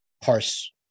parse